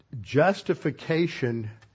justification